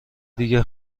دیگه